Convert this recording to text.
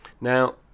Now